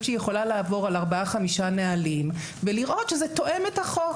שהיא יכולה לעבור על ארבעה-חמישה נהלים ולראות שזה תואם את החוק.